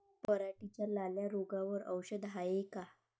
पराटीच्या लाल्या रोगावर औषध हाये का?